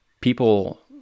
people